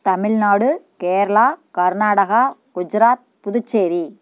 Tamil Nadu Kerala Karnataka Gujarat Puducherry